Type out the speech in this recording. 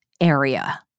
area